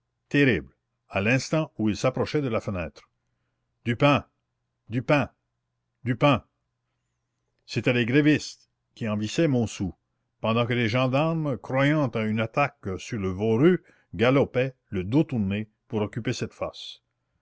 terrible à l'instant où il s'approchait de la fenêtre du pain du pain du pain c'étaient les grévistes qui envahissaient montsou pendant que les gendarmes croyant à une attaque sur le voreux galopaient le dos tourné pour occuper cette fosse